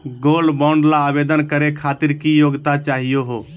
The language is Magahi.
गोल्ड बॉन्ड ल आवेदन करे खातीर की योग्यता चाहियो हो?